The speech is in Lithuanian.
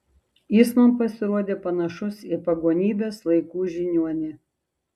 jis man pasirodė panašus į pagonybės laikų žiniuonį